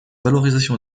valorisation